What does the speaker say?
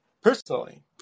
personally